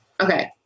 okay